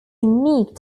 unique